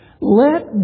Let